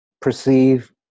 perceive